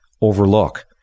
overlook